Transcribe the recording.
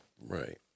right